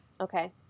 okay